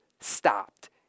stopped